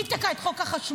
מי תקע את חוק החשמל?